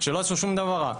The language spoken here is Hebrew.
שלא עשו שום דבר רע.